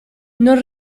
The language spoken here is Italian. non